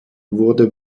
wurde